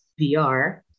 VR